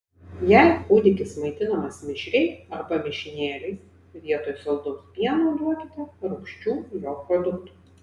jei kūdikis maitinamas mišriai arba mišinėliais vietoj saldaus pieno duokite rūgščių jo produktų